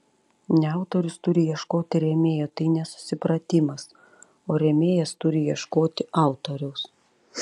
ne autorius turi ieškoti rėmėjo tai nesusipratimas o rėmėjas turi ieškoti autoriaus